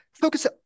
focus